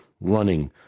running